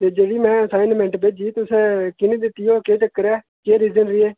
ते जेह्ड़ी में असाईनमेंट भेजी तुसें कीऽ निं दित्ती ओह् केह् चक्कर ऐ केह् रीज़न ऐ